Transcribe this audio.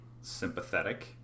sympathetic